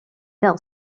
fell